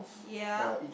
ya